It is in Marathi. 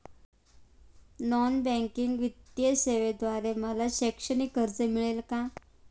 नॉन बँकिंग वित्तीय सेवेद्वारे मला शैक्षणिक कर्ज मिळेल का?